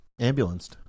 Ambulanced